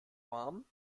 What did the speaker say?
warm